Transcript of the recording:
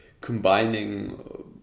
combining